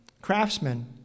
craftsmen